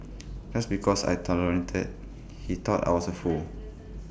just because I tolerated he thought I was A fool